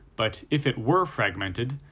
but if it were fragmented,